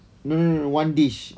no no no one dish